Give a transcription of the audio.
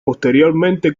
posteriormente